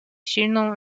silną